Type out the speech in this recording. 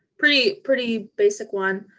pretty, pretty basic one.